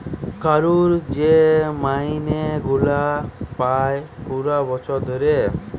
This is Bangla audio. কারুর যে মাইনে গুলা পায় পুরা বছর ধরে